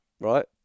Right